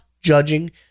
judging